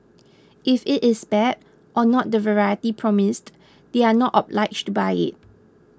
if it is bad or not the variety promised they are not obliged to buy it